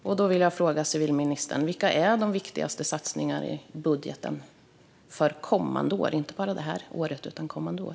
Jag vill fråga civilministern: Vilka är de viktigaste satsningarna i budgeten, inte bara för det här året utan även för kommande år?